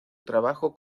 trabajo